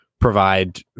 provide